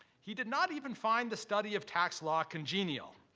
he did not even find the study of tax law congenial.